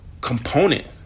component